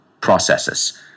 processes